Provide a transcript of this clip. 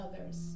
others